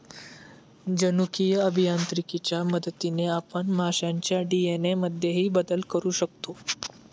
जनुकीय अभियांत्रिकीच्या मदतीने आपण माशांच्या डी.एन.ए मध्येही बदल करू शकतो